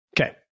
okay